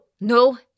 no